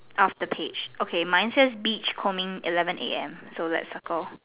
of the page okay mine says beach combing eleven A_M so let's circle